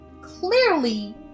clearly